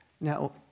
Now